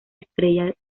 estrella